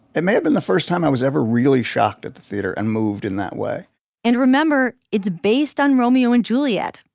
it may have been the first time i was ever really shocked at the theater and moved in that way and remember, it's based on romeo and juliet.